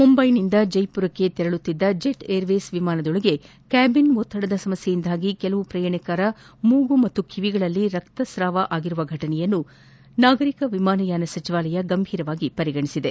ಮುಂಬೈನಿಂದ ಜೈಪುರಕ್ಷೆ ತೆರಳುತ್ತಿದ್ದ Jet Airways ವಿಮಾನದೊಳಗೆ ಕ್ಲಾಬಿನ್ ಒತ್ತಡದ ಸಮಸ್ಲೆಯಿಂದಾಗಿ ಕೆಲ ಪ್ರಯಾಣಿಕರ ಮೂಗು ಮತ್ತು ಕಿವಿಗಳಲ್ಲಿ ರಕ್ತಸ್ರಾವವಾರುವ ಘಟನೆಯನ್ನು ನಾಗರಿಕ ವಿಮಾನಯಾನ ಸಚಿವಾಲಯ ಗಂಭೀರವಾಗಿ ಪರಿಗಣಿಸಿದೆ